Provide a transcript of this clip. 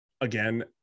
again